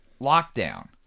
lockdown